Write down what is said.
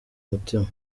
mutima